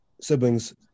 siblings